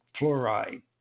fluoride